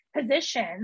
position